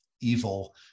evil